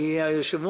מי יהיה היושב-ראש.